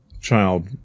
child